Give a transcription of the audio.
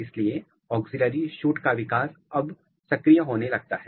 इसलिए auxiliary shoot का विकास अब सक्रिय होने लगता है